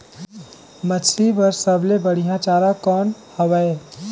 मछरी बर सबले बढ़िया चारा कौन हवय?